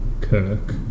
Kirk